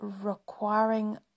requiring